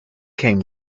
came